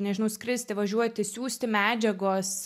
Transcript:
nežinau skristi važiuoti siųsti medžiagos